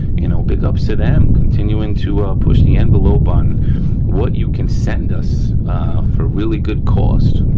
you know, big ups to them continuing to push the envelope on what you can send us for really good cost.